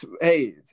hey